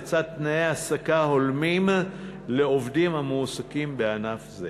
לצד תנאי העסקה הולמים לעובדים המועסקים בענף זה